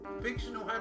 fictional